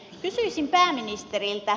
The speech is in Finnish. kysyisin pääministeriltä